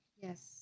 yes